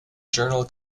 journal